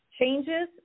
changes